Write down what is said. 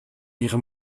ihre